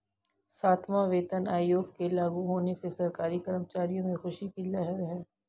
सातवां वेतन आयोग के लागू होने से सरकारी कर्मचारियों में ख़ुशी की लहर है